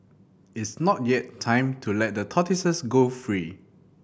it's not yet time to let the tortoises go free